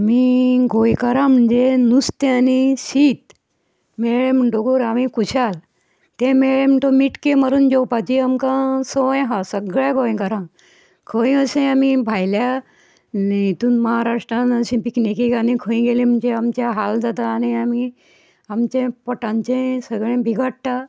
आमी गोंयकारां म्हणजे नुस्तें आनी शीत मेळ्ळे म्हणटगोर आमी खुशाल तें मेळ्ळें म्हणटोगोर मिटके मारून जेवपाची आमकां संवय आसा सगळ्या गोंयकारांक खंय अशें आमी भायल्या हितून महाराष्ट्रान अशी पिकनिकेक आनी खंय गेली म्हणजे आमचे हाल जाता आनी आमी आमचे पोटांचें सगळें बिगडटा